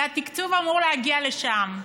והתקציב אמור להגיע לשם.